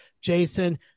Jason